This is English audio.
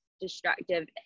destructive